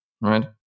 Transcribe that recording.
right